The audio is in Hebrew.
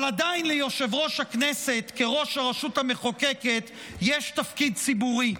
אבל עדיין ליושב-ראש הכנסת כראש הרשות המחוקקת יש תפקיד ציבורי.